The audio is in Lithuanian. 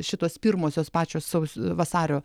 šitos pirmosios pačios saus vasario